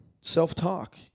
Self-talk